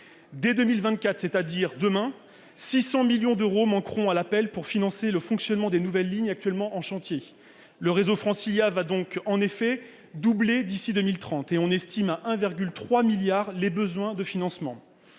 Dès 2024, c'est-à-dire demain, 600 millions d'euros manqueront à l'appel pour financer le fonctionnement des nouvelles lignes actuellement en chantier. Le réseau francilien va en effet doubler d'ici à 2030, pour des besoins en financement